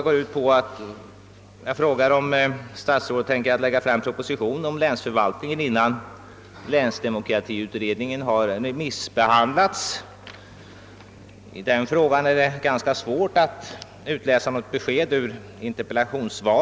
I min tredje fråga undrar jag om statsrådet avser att lägga fram proposition om länsförvaltningen innan länsdemokratiutredningen har remissbehandlats. Det är ganska svårt att av interpellationssvaret utläsa något besked på denna punkt.